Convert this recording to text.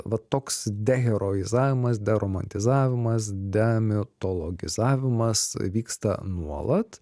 va toks deheroizavimas deromantizavimas demitologizavimas vyksta nuolat